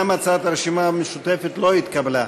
גם הצעת הרשימה המשותפת לא התקבלה.